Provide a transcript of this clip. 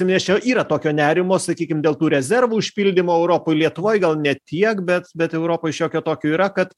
nes čia yra tokio nerimo sakykim dėl tų rezervų užpildymo europoj lietuvoj gal ne tiek bet bet europoj šiokio tokio yra kad